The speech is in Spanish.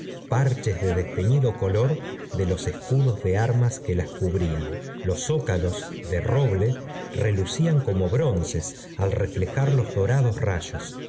parches de desteñido color de los escudos de armas que las cubrían los zócalos de roble relucían como bronces al reflejar los dorados rayos